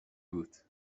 بود